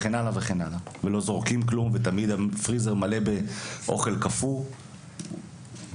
לא זורקים כלום ותמיד הפריזר מלא באוכל קפוא וכן הלאה וכן הלאה.